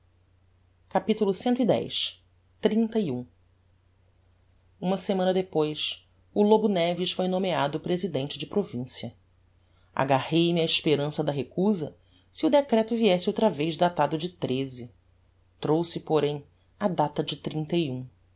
o humanitismo capitulo cx uma semana depois o lobo neves foi nomeado presidente de provincia agarrei-me á esperança da recusa se o decreto viesse outra vez datado de trouxe porém a data de